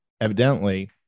evidently